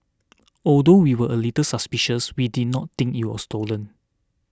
although we were a little suspicious we did not think it was stolen